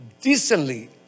decently